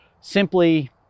simply